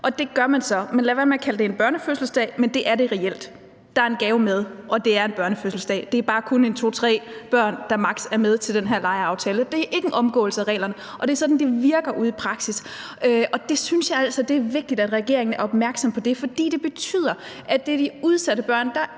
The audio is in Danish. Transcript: Det gør man så, man lader være med at kalde det en børnefødselsdag, men det er det reelt. Der er en gave med, og det er en børnefødselsdag. Det er bare maks. to eller tre børn, der er med til den her legeaftale. Det er ikke en omgåelse af reglerne, og det er sådan, det virker i praksis, og jeg synes altså, det er vigtigt, at regeringen er opmærksom på det. For det betyder, at det er de udsatte børn, der